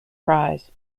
prize